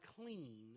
clean